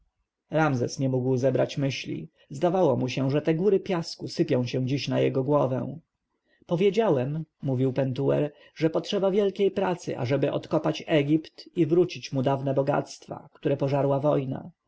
ramzes nie mógł zebrać myśli zdawało mu się że te góry piasku sypią się dziś na jego głowę powiedziałem mówił pentuer że potrzeba wielkiej pracy ażeby odkopać egipt i wrócić mu dawne bogactwa które pożarła wojna